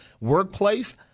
workplace